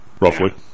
Roughly